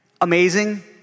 amazing